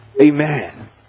Amen